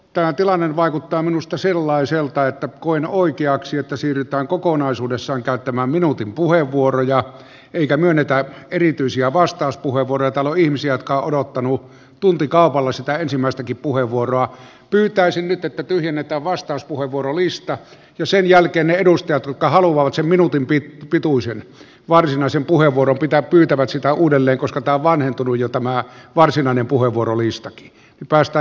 tää tilanne vaikuttaa minusta sellaiselta että kuin oikeaksi että siirtää kokonaisuudessaan käyttämä minuutin puheenvuoroja eikä myönnetä erityisiä vastauspuheenvuorotaloihmisiä jotka on ottanut tuntikaupalla sitä ensimmäistäkin puheenvuoroa pyytäisin niitä tyhjennetään vastauspuheenvuorolista ja sen jälkeen edustaja kaahaluvan se minua tympi pituisen varsinaisen puheenvuoron pitää pyytävät sitä uudelleen koska vanhentunu jotta mää varsinainen puhevuorolistat päästä